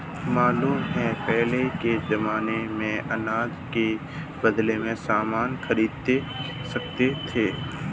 मालूम है पहले के जमाने में अनाज के बदले सामान खरीद सकते थे